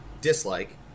dislike